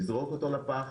לזרוק אותו לפח,